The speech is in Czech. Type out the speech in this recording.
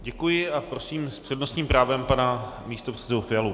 Děkuji a prosím s přednostním právem pana místopředsedu Fialu.